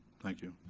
thank you.